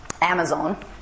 Amazon